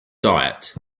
diet